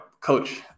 coach